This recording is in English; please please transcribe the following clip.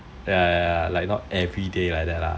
ya not everyday like that lah